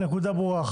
הנקודה ברורה.